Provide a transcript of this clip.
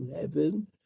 heaven